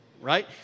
right